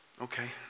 okay